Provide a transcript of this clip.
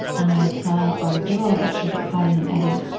and i saw our dog actually get caught in an eddy.